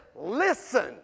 listen